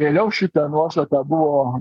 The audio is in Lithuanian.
vėliau šita nuostata buvo